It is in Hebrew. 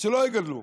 אז שלא יגדלו.